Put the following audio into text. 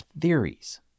theories